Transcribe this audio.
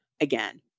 again